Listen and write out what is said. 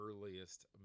earliest